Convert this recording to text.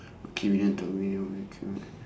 okay we don't talk malay words anymore